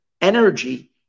energy